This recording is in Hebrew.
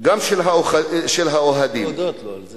יש